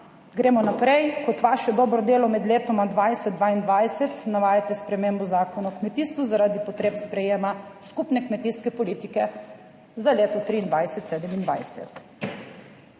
gremo naprej, kot vaše dobro delo med letoma 2020-2022 navajate spremembo Zakona o kmetijstvu zaradi potreb sprejema skupne kmetijske politike za leto 2023-2027.